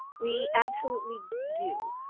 we absolutely do.